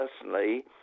personally